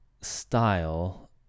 style